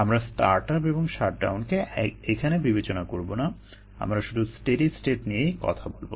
আমরা start up এবং shut ডাউনকে এখানে বিবেচনা করবো না আমরা শুধু স্টেডি স্টেট নিয়েই কথা বলবো